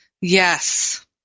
Yes